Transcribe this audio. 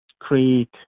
create